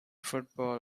football